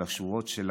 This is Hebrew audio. על השורות שלנו,